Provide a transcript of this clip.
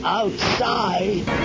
outside